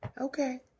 Okay